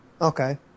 Okay